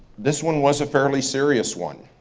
this one was a fairly serious one.